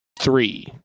Three